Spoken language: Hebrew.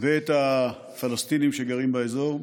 ואת הפלסטינים שגרים באזור,